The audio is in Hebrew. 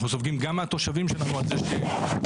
אנחנו סופגים גם מהתושבים שלנו על זה שהשקענו,